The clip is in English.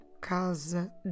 casa